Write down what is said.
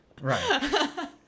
Right